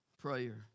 Prayer